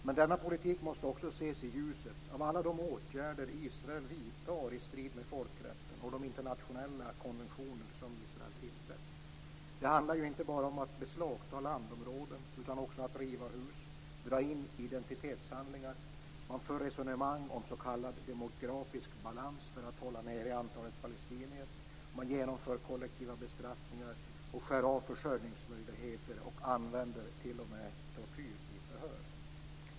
Men denna politik måste också ses i ljuset av alla de åtgärder Israel vidtar i strid med folkrätten och de internationella konventioner som Israel tillträtt. Det handlar ju inte bara om att beslagta landområden utan också om att riva hus och dra in identitetshandlingar. Man för resonemang om s.k. demografisk balans för att hålla nere antalet palestinier, man genomför kollektiva bestraffningar och skär av försörjningsmöjligheter. Man använder t.o.m. tortyr vid förhör.